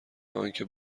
انکه